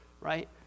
right